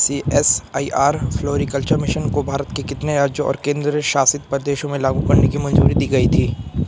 CSIR floriculture mission को भारत के कितने राज्यों और केंद्र शासित प्रदेशों में लागू करने की मंजूरी दी गई थी?